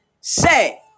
say